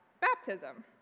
baptism